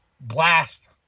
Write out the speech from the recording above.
blast